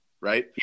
right